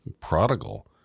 prodigal